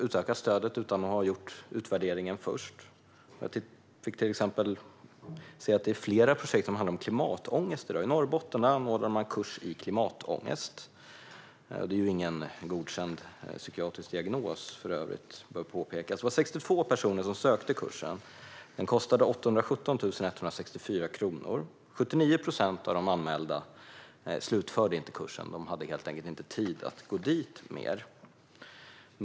Stödet har utökats utan att någon utvärdering först har gjorts. Jag fick syn på att flera projekt handlar om exempelvis klimatångest. I Norrbotten anordnas en kurs i klimatångest, något som för övrigt inte är en godkänd psykiatrisk diagnos. Det var 62 personer som sökte kursen. Den kostade 817 164 kronor. Av de anmälda var det 79 procent som inte slutförde kursen. De hade helt enkelt inte tid att gå dit mer.